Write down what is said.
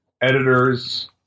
editors